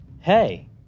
Hey